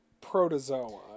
protozoa